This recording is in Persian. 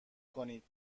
کنید